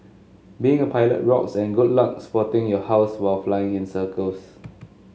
being a pilot rocks and good luck spotting your house while flying in circles